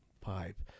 pipe